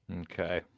Okay